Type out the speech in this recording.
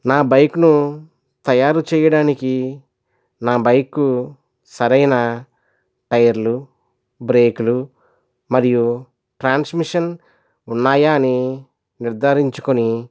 నా బైక్ను తయారు చేయడానికి నా బైక్ సరైన టైర్లు బ్రేకులు మరియు ట్రాన్స్మిషన్ ఉన్నాయా అని నిర్ధారించుకుని